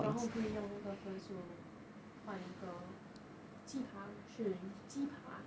然后可以用哪个分数买一个鸡扒士林鸡扒